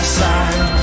side